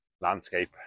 landscape